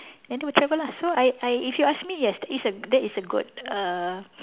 and they will travel lah so I I if you ask me yes it's a that is a good err